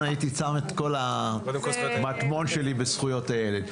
הייתי שם את כל המטמון שלי בזכויות הילד.